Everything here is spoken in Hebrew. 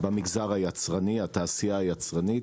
במגזר היצרני, התעשייה היצרנית,